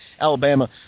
Alabama